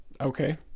okay